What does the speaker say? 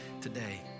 today